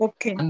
Okay